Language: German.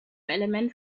element